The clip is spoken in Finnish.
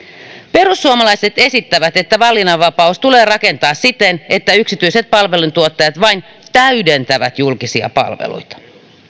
perussuomalaiset esittävät että valinnanvapaus tulee rakentaa siten että yksityiset palveluntuottajat vain täydentävät julkisia palveluita